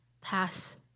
pass